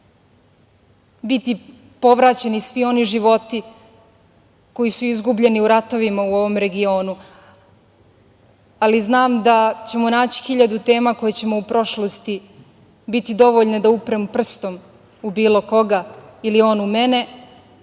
biti povraćeni svi oni životi koji su izgubljeni u ratovima u ovom regionu, ali znam da ćemo naći 1000 tema iz prošlosti koje će biti dovoljne da uprem prstom u bilo koga ili on u mene